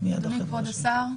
אדוני כבוד השר,